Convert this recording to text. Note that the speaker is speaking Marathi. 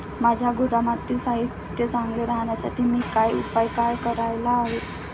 माझ्या गोदामातील साहित्य चांगले राहण्यासाठी मी काय उपाय काय करायला हवेत?